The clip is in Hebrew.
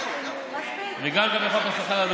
וגם בחוק השכר.